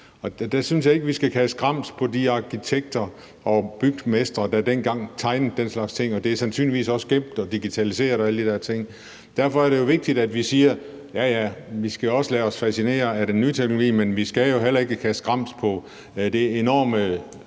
jeg synes ikke, vi skal kaste grams på de arkitekter og bygmestre, der dengang tegnede den slags ting – det er sandsynligvis også gemt og digitaliseret og alle det der. Derfor er det jo vigtigt, at vi siger: Ja, ja, vi skal også lade os fascinere af den nye teknologi, men vi skal jo heller ikke kaste grams på den enormt